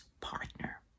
partner